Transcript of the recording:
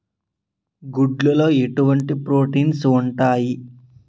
గుడ్లు లో ఎటువంటి ప్రోటీన్స్ ఉంటాయి?